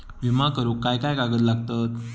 विमा करुक काय काय कागद लागतत?